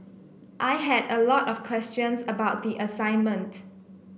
I had a lot of questions about the assignment